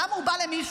למה הוא בא למישהו,